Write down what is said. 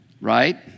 Right